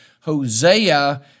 Hosea